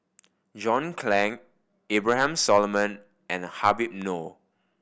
John Clang Abraham Solomon and Habib Noh